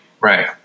Right